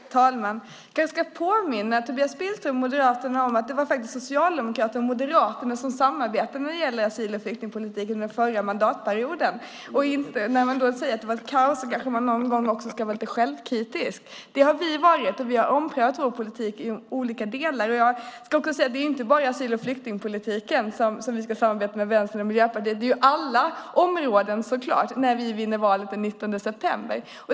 Herr talman! Jag kanske ska påminna Tobias Billström och Moderaterna om att det faktiskt var Socialdemokraterna och Moderaterna som samarbetade när det gällde asyl och flyktingpolitiken under den förra mandatperioden. När man säger att det var kaos kanske man någon gång också ska vara lite självkritisk. Det har vi varit. Vi har omprövat vår politik i olika delar. Jag ska också säga att det inte bara är om asyl och flyktingpolitiken som vi ska samarbeta med Vänstern och Miljöpartiet. Det är så klart på alla områden när vi vinner valet den 19 september.